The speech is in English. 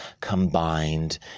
combined